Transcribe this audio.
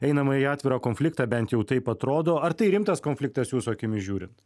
einama į atvirą konfliktą bent jau taip atrodo ar tai rimtas konfliktas jūsų akimis žiūrint